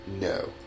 No